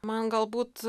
man galbūt